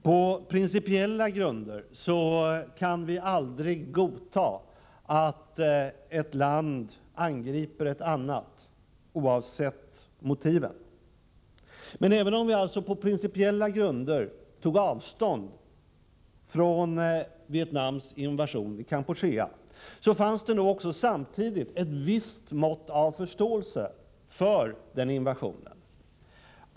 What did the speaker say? På principiella grunder kan vi aldrig godta att ett land angriper ett annat — oavsett motiven. Men även om vi på principiella grunder tog avstånd från Vietnams invasion i Kampuchea, fanns det samtidigt ett visst mått av förståelse för den invasionen.